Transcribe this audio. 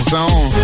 zone